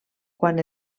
quan